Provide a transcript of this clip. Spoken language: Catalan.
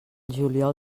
juliol